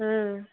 ம்